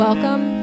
Welcome